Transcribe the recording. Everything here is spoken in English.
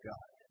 God